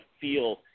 feel